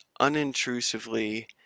unintrusively